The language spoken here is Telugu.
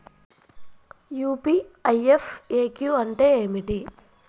యూ.పీ.ఐ ఎఫ్.ఎ.క్యూ అంటే ఏమిటి?